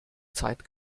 zeit